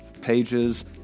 pages